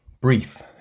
brief